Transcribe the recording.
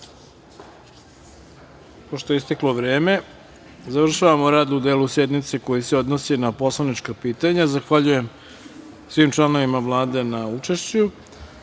je isteklo vreme, završavamo rad u delu sednice koji se odnosi na poslanička pitanja. Zahvaljujem svim članovima Vlade na